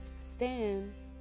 stands